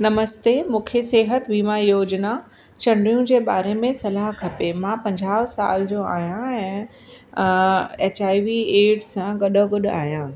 नमस्ते मुखे सिहत वीमा योजना चंडियू जे बारे में सलाहु खपे मां पंजाहु साल जो आहियां ऐं एच आई वी एड्स सां गॾो गॾु आहियां